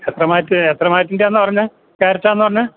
എത്ര മാറ്റ് എത്ര മാറ്റിൻ്റെയാണെന്നാണു പറഞ്ഞത് ക്യാരറ്റാണെന്നാണു പറഞ്ഞേ